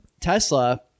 Tesla